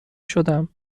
شدم